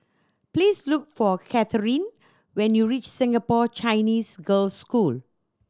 please look for Katherin when you reach Singapore Chinese Girls' School